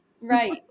Right